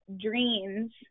Dreams